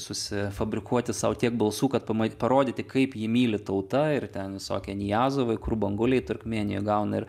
susifabrikuoti sau tiek balsų kad pama parodyti kaip jį myli tauta ir ten visokie nijazovai krubanguliai turkmėnijoj gauna ir